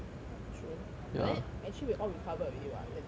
true but then actually we all recovered already [what] technically